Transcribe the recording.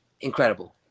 incredible